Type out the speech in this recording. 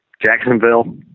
Jacksonville